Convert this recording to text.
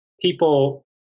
people